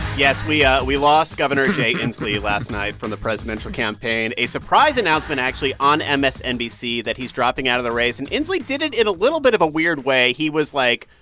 yes, we yeah we lost governor jay inslee last night from the presidential campaign a surprise announcement, actually, on msnbc that he's dropping out of the race. and inslee did it in a little bit of a weird way. he was, like,